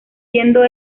siendo